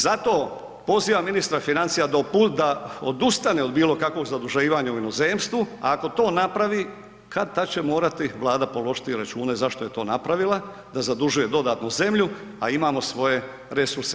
Zato pozivam ministra financija da odustane od bilo kakvog zaduživanja u inozemstvu, ako to napravi kad-tad će morati Vlada položiti račune zašto je to napravila da zadužuje dodano zemlju, a imamo svoje resurse.